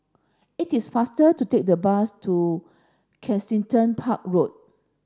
it is faster to take the bus to Kensington Park Road